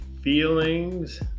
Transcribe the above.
feelings